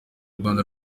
rwanda